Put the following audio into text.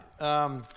right